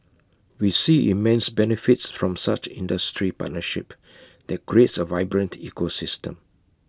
we see immense benefits from such industry partnership that creates A vibrant ecosystem